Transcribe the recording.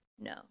No